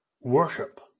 Worship